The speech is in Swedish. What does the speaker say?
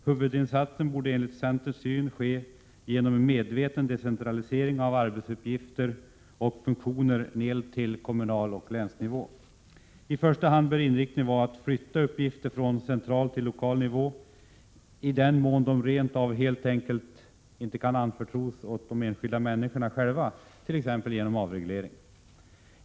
Huvudinsatsen borde enligt centerns syn ske genom en medveten decentralisering av arbetsuppgifter och funktioner ned till kommunaloch länsnivå. I första hand bör inriktningen vara att flytta uppgifter från central till lokal nivå — i den mån de inte helt enkelt kan anförtros de enskilda människorna själva, t.ex. genom avreglering.